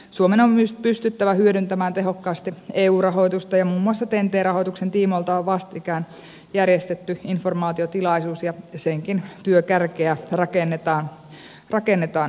suomen on myös pystyttävä hyödyntämään tehokkaasti eu rahoitusta ja muun muassa ten t rahoituksen tiimoilta on vastikään järjestetty informaatiotilaisuus ja senkin työkärkeä rakennetaan uusiksi